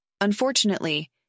Unfortunately